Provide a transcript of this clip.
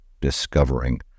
discovering